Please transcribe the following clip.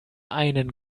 einen